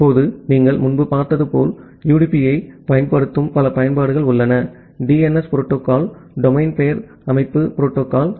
இப்போது நீங்கள் முன்பு பார்த்தது போல் யுடிபியைப் பயன்படுத்தும் பல பயன்பாடுகள் உள்ளன டிஎன்எஸ் புரோட்டோகால் டொமைன் பெயர் அமைப்பு புரோட்டோகால்